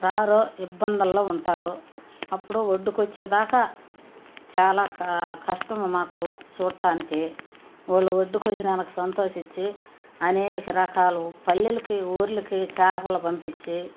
రారో ఇబ్బందుల్లో ఉంటారు అప్పుడు వొడ్డుకు వచ్చేదాకా చాలా క కష్టము మాకు చూడటానికి వాళ్ళు వొడ్డుకు వచ్చినాక సంతోషించి అనేక రకాలు పెళ్ళిళ్ళకి ఊర్లకి చేపలు పంపించి